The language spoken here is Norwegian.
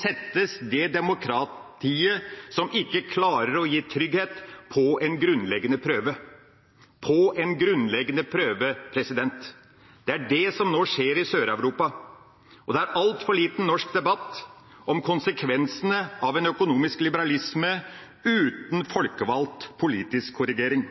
settes det demokratiet som ikke klarer å gi trygghet, på en grunnleggende prøve – på en grunnleggende prøve! Det er det som nå skjer i Sør-Europa. Det er altfor lite norsk debatt om konsekvensene av en økonomisk liberalisme uten folkevalgt politisk korrigering.